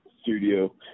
studio